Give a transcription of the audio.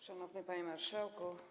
Szanowny Panie Marszałku!